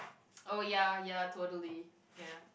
oh ya ya totally ya